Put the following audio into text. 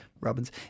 Robbins